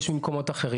יש ממקומות אחרים,